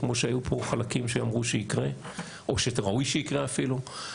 כמו שהיו פה חלקים שאמרו שיקרה או שראוי שיקרה אפילו.